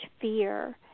fear